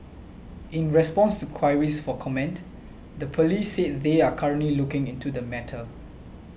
in response to queries for comment the police said they are currently looking into the matter